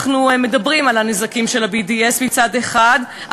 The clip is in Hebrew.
אנחנו מדברים על הנזקים של ה-BDS מצד אחד,